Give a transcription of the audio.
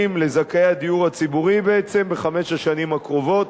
לזכאי הדיור הציבורי בחמש השנים הקרובות,